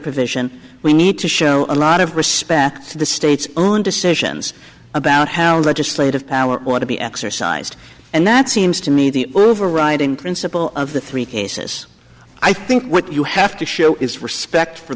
provision we need to show a lot of respect to the state's own decisions about how the legislative power ought to be exercised and that seems to me the overriding principle of the three cases i think what you have to show is respect for